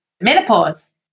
menopause